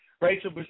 Rachel